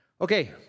Okay